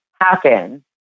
happen